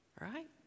right